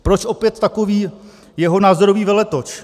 Proč opět takový jeho názorový veletoč?